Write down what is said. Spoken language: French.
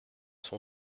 son